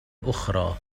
أخرى